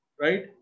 Right